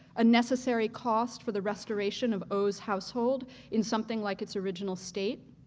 a necessary cost for the restoration of o's household in something like its original state?